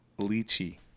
lychee